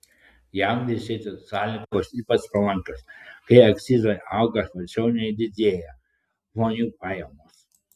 jam vešėti sąlygos ypač palankios kai akcizai auga sparčiau nei didėja žmonių pajamos